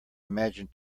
imagined